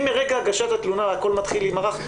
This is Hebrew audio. אם מרגע הגשת התלונה הכול מתחיל להימרח,